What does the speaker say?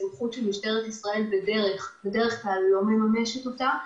סמכות שבדרך כלל משטרת ישראל לא מממשת אותה.